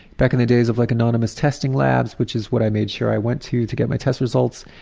back in the days of like anonymous testing labs which is what i made sure i went to to get my test results.